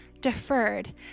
deferred